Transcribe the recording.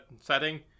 setting